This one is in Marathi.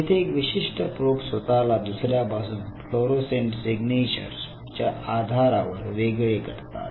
येथे एक विशिष्ट प्रोब स्वतःला दुसऱ्यापासून फ्लोरोसेंट सिग्नेचर च्या आधारावर वेगळे करतात